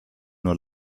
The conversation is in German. nur